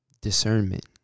Discernment